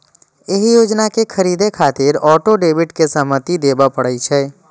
एहि योजना कें खरीदै खातिर ऑटो डेबिट के सहमति देबय पड़ै छै